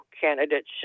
candidates